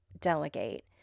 delegate